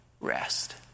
rest